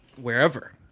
wherever